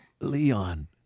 Leon